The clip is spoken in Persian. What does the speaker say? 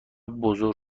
بزرگ